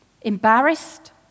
Embarrassed